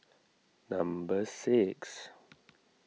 number six